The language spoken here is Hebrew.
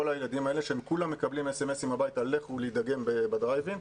התלמידים האלה שמקבלים סמ"ס הביתה ללכת להידגם בדרייב אין,